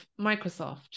Microsoft